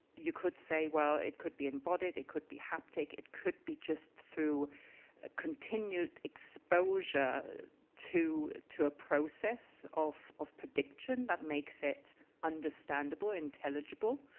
you could say, well, it could be embodied. it could be, had aptic. it could be just through ah continued exposure to to a process of of prediction that makes it understandable, intelligible.